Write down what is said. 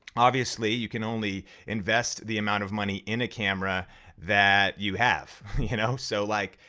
obviously, you can only invest the amount of money in a camera that you have, you know. so like,